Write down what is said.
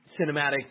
cinematic